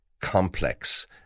complex